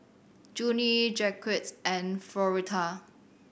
Junie Jaquez and Floretta